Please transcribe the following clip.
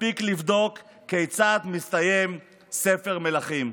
מספיק לבדוק כיצד מסתיים ספר מלכים.